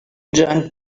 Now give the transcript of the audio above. giant